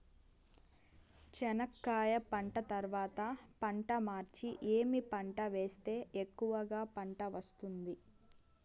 చెనక్కాయ పంట తర్వాత పంట మార్చి ఏమి పంట వేస్తే ఎక్కువగా పంట వస్తుంది?